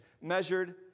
measured